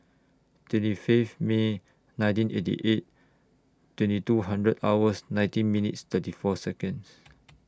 twenty Fifth May nineteen eighty eight twenty two hundred hours nineteen minutes thirty four Seconds